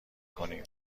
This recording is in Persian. کنیم